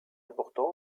important